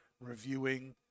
reviewing